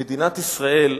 מדינת ישראל,